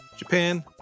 japan